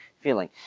feeling